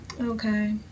Okay